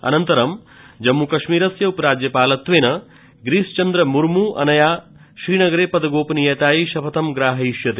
अनन्तरं जम्मूकश्मीरस्य उपराज्यपालत्वेन गिरिश चन्द्र मूर्म अनया श्रीनगरे पद गोपनीयतायै शपथं ग्राहयिष्यते